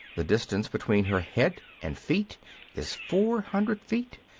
the distance between her head and feet is four hundred feet.